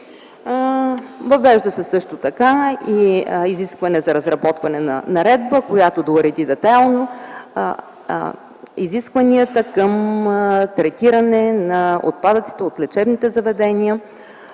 Въвежда се, също така, изискване за разработване на наредба, която да уреди детайлно изискванията към третиране на отпадъците от лечебните заведения.